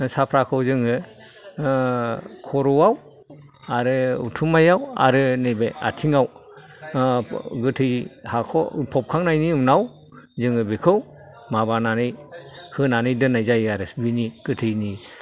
साफ्राखौ जोङो खर'याव आरो उथुमायाव आरो नैबे आथिङाव गोथै हाखर फबखांनायनि उनाव जोङो बेखौ माबानानै होनानै दोन्नाय जायो आरो बेनि गोथैनि